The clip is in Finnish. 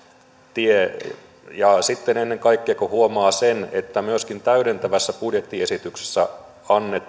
tie ja sitten ennen kaikkea kun huomaa sen että myöskin täydentävässä budjettiesityksessä